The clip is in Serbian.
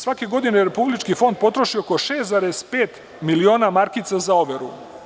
Svake godine Republički fond potroši oko 6,5 miliona markica za overu.